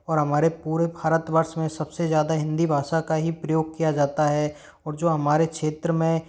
और हमारे पूरे भारत वर्ष में सबसे ज़्यादा हिंदी भाषा का ही प्रयोग किया जाता है और जो हमारे क्षेत्र में